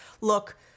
look